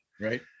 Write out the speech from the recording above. Right